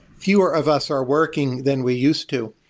fewer of us are working than we used to.